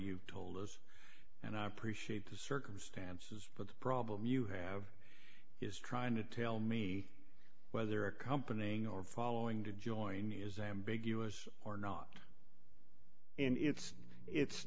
you've told us and i appreciate the circumstances but the problem you have is trying to tell me whether accompanying or following to join is ambiguous or not and it's it's